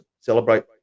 celebrate